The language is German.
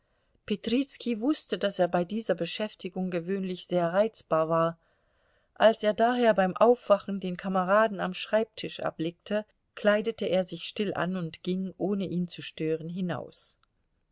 petrizki wußte daß er bei dieser beschäftigung gewöhnlich sehr reizbar war als er daher beim aufwachen den kameraden am schreibtisch erblickte kleidete er sich still an und ging ohne ihn zu stören hinaus